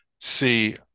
see